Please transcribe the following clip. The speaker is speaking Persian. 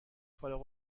فارغ